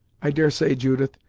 i dare say, judith,